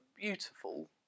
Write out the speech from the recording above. beautiful